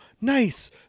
nice